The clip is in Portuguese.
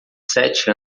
sete